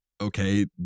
okay